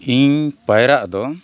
ᱤᱧ ᱯᱟᱭᱨᱟᱜ ᱫᱚ